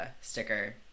sticker